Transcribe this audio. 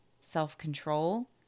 self-control